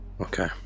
Okay